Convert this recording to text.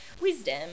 wisdom